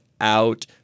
out